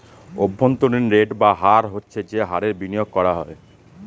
অভ্যন্তরীন রেট বা হার হচ্ছে যে হারে বিনিয়োগ করা হয়